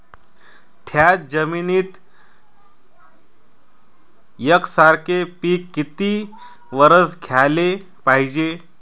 थ्याच जमिनीत यकसारखे पिकं किती वरसं घ्याले पायजे?